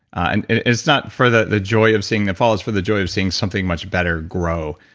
and it's not for the the joy of seeing the fall. it's for the joy of seeing something much better grow.